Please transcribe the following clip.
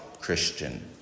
Christian